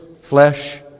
flesh